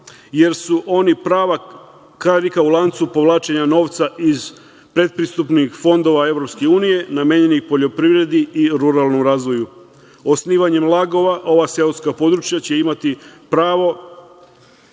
jer su oni karika u lancu povlačenja novca iz predprisupnih fondova Evropske unije, namenjenih poljoprivredi i ruralnom razvoju. Osnivanjem lagova ova seoska područja će imati pravo